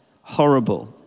horrible